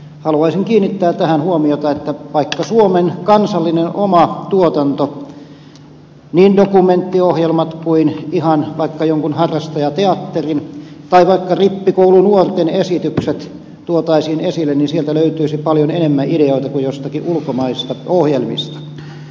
haluaisin kiinnittää tähän huomiota että jos suomen oma kansallinen tuotanto niin dokumenttiohjelmat kuin vaikka jonkun harrastajateatterin tai vaikka rippikoulunuorten esitykset tuotaisiin esille niin sieltä löytyisi paljon enemmän ideoita kuin joistakin ulkomaisista ohjelmista